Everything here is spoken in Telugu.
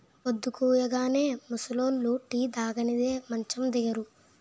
పొద్దుకూయగానే ముసలోళ్లు టీ తాగనిదే మంచం దిగరు